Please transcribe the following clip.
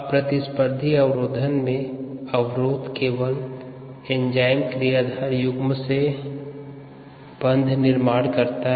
अप्रतिस्पर्धी अवरोधन में अवरोध केवल एंजाइम क्रियाधार युग्म से बंध निर्माण करता है